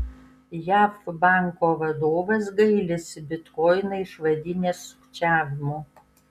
jav banko vadovas gailisi bitkoiną išvadinęs sukčiavimu